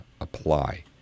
apply